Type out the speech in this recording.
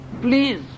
Please